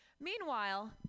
Meanwhile